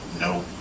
no